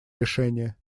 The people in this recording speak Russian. решения